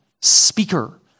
speaker